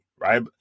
right